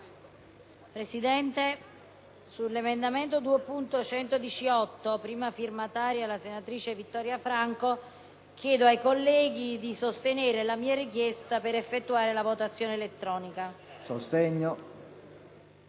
Presidente, sull’emendamento 2.118, prima firmataria la senatrice Vittoria Franco, chiedo ai colleghi di sostenere la mia richiesta per effettuare la votazione elettronica.